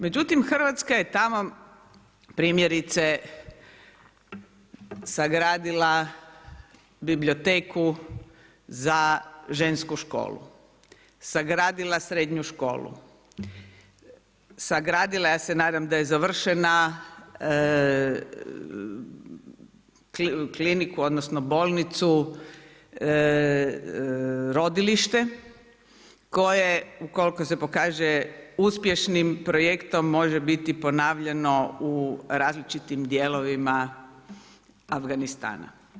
Međutim Hrvatska je tamo primjerice sagradila biblioteku za žensku školu, sagradila srednju školu, sagradila, ja se nadam da je završena kliniku, odnosno bolnicu, rodilište koje ukoliko se pokaže uspješnim projektom može biti ponavljano u različitim dijelovima Afganistana.